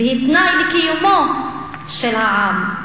והיא תנאי לקיומו של העם.